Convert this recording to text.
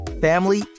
family